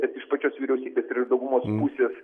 bet iš pačios vyriausybės ir iš daugumos pusės